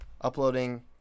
uploading